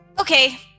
Okay